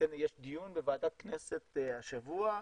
יש דיון בוועדת כנסת השבוע,